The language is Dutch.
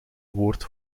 woord